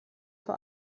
vor